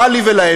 מה לי ולהן?